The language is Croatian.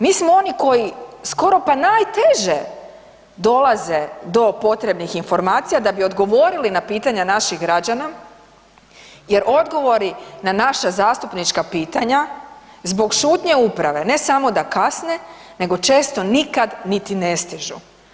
Mi smo oni koji skoro pa najteže dolaze do potrebnih informacija da bi odgovorili na pitanja naših građana jer odgovori na naša zastupnička pitanja zbog šutnje uprave, ne samo da kasne nego često nikad niti ne stižu.